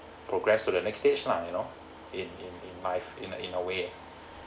progress to the next stage lah you know in in in life in a in a way